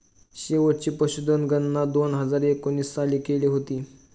शेवटची पशुधन गणना दोन हजार एकोणीस साली केली होती